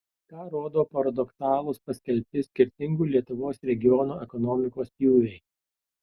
ką rodo paradoksalūs paskelbti skirtingų lietuvos regionų ekonomikos pjūviai